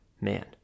Man